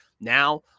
Now